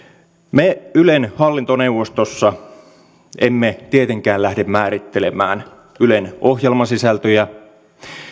me ylen hallintoneuvostossa emme tietenkään lähde määrittelemään ylen ohjelmasisältöjä